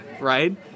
right